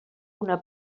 una